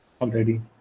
already